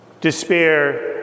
Despair